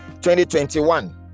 2021